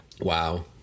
Wow